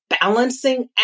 balancing